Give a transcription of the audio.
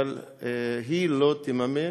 אבל היא לא תממן,